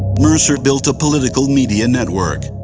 mercer built a political media network.